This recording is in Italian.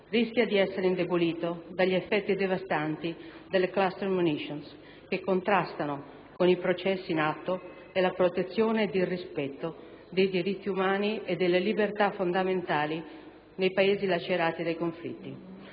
rischia di essere indebolito dagli effetti devastanti delle *cluster munition*, che contrastano con i processi in atto per la protezione ed il rispetto dei diritti umani e delle libertà fondamentali nei Paesi lacerati dai conflitti.